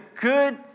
good